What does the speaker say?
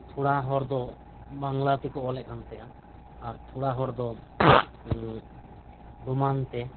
ᱛᱷᱚᱲᱟ ᱦᱚᱲ ᱫᱚ ᱵᱟᱝᱞᱟ ᱛᱮᱠᱚ ᱚᱞᱮᱫ ᱠᱟᱱ ᱛᱟᱸᱦᱮᱫ ᱟ ᱠᱟᱱᱟ ᱟᱨ ᱛᱷᱚᱲᱟ ᱦᱚᱲ ᱫᱚ ᱨᱳᱢᱟᱱ ᱛᱮ